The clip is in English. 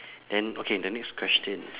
then okay the next question